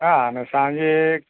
હા ને સાંજે